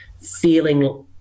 feeling